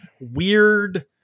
weird